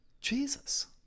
Jesus